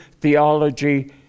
theology